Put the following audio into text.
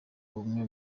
ubumwe